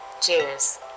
Cheers